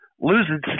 losing